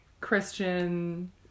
Christian